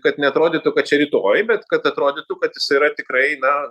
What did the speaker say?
kad neatrodytų kad čia rytoj bet kad atrodytų kad jisai yra tikrai na